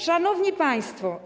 Szanowni Państwo!